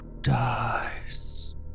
dies